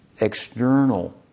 external